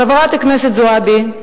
חברת הכנסת זועבי,